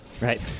Right